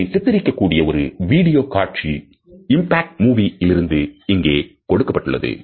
இதனை சித்தரிக்க கூடிய ஒரு வீடியோ காட்சி impact movie இலிருந்து இங்கே கொடுக்கப்பட்டுள்ளது